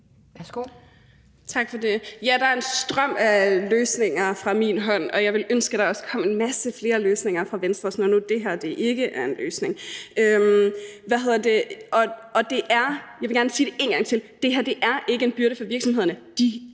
Ja, der er en strøm af løsninger fra min hånd, og jeg ville ønske, at der også kom en masse flere løsninger fra Venstre, når nu det her ikke er en løsning. Jeg vil gerne sige det en gang til: Det her er ikke en byrde for virksomhederne,